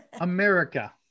america